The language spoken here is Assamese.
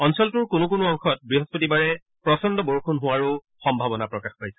অঞ্চলটোৰ কোনো কোনো অংশত বৃহস্পতিবাৰে প্ৰচণ্ড বৰষুণ হোৱাৰো সম্ভাৱনা প্ৰকাশ পাইছে